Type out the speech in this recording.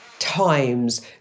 times